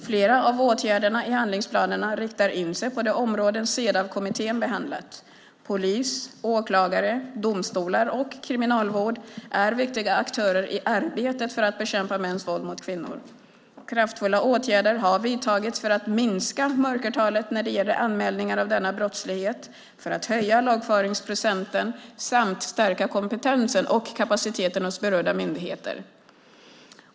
Flera av åtgärderna i handlingsplanerna riktar in sig på de områden Cedawkommittén behandlat. Polis, åklagare, domstolar och kriminalvård är viktiga aktörer i arbetet för att bekämpa mäns våld mot kvinnor. Kraftfulla åtgärder har vidtagits för att minska mörkertalet när det gäller anmälningar av denna brottslighet, för att höja lagföringsprocenten samt stärka kompetensen och kapaciteten hos berörda myndigheter.